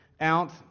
out